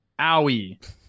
owie